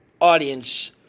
audience